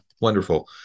wonderful